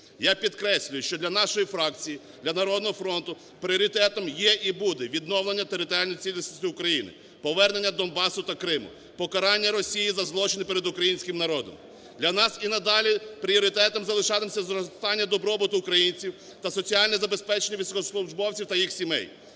Я підкреслюю, що для нашої фракції, для "Народного фронту" пріоритетом є і буде відновлення територіальної цілісності України, повернення Донбасу та Криму, покарання Росії за злочини перед українським народом. Для нас і надалі пріоритетом залишатиметься зростання добробуту українців та соціальне забезпечення військовослужбовців та їх сімей,